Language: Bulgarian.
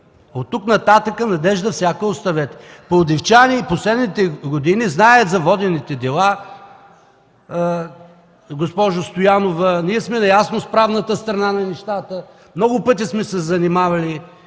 Оттук нататък надежда всяка оставете. Пловдивчани знаят за водените дела в последните години, госпожо Стоянова. Ние сме наясно с правната страна на нещата. Много пъти сме се занимавали.